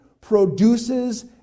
produces